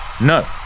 No